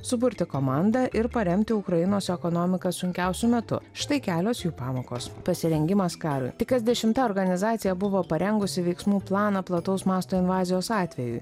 suburti komandą ir paremti ukrainos ekonomiką sunkiausiu metu štai kelios jų pamokos pasirengimas karui tik kas dešimta organizacija buvo parengusi veiksmų planą plataus masto invazijos atveju